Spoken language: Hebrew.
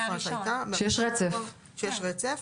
שיש רצף.